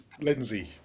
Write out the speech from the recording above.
Lindsay